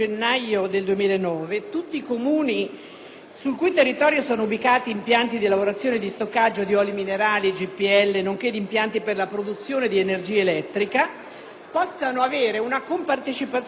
sul cui territorio sono ubicati impianti di lavorazione e di stoccaggio di oli minerali e GPL, nonché impianti per la produzione di energia elettrica, possano avere una compartecipazione alle accise che tali impianti versano allo Stato